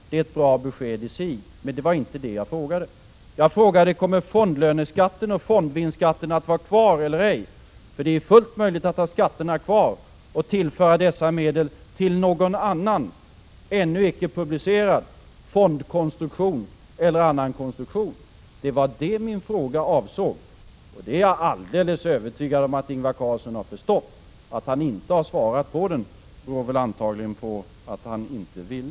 Det är ett bra besked i sig, men det var inte detta jag frågade om. Jag frågade om fondlöneskatten och fondvinstskatten kommer att vara kvar eller ej, för det är fullt möjligt att ha skatterna kvar och tillföra dessa medel till någon annan, ännu icke publicerad fondkonstruktion eller liknande. Det var detta min fråga avsåg. Jag är alldeles övertygad om att Ingvar Carlsson har förstått frågan. Att han inte har svarat på den beror väl antagligen på att han inte vill.